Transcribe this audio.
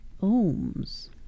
Ohms